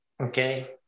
Okay